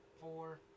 four